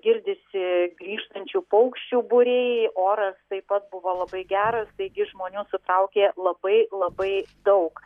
girdisi grįžtančių paukščių būriai oras taip pat buvo labai geras taigi žmonių sutraukė labai labai daug